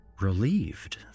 relieved